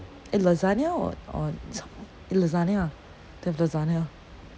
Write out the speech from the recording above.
eh lasagna or or eh lasagna they have lasagna